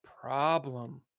problem